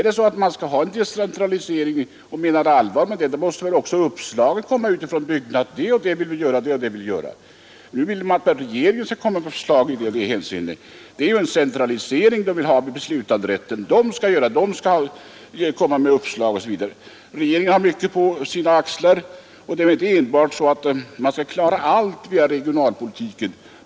Men om man menar allvar med att det skall vara en decentralisering måste väl också uppslagen komma utifrån bygderna — det och det vill vi göra. Nu menar man att regeringen skall komma med förslag i olika hänseenden här. Det är ju en centralisering av beslutanderätten som man då vill ha. Regeringen har mycket på sina axlar, och allt skall ju inte klaras via regionalpolitiken.